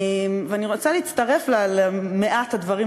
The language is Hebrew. אני רוצה להצטרף למעט הדברים,